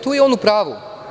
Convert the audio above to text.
Tu je on u pravu.